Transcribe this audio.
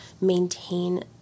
maintain